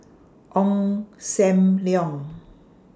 Ong SAM Leong